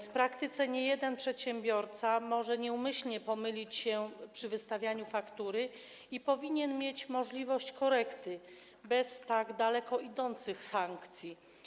W praktyce niejeden przedsiębiorca może nieumyślnie pomylić się przy wystawianiu faktury i powinien mieć możliwość korekty bez tak daleko idących sankcji.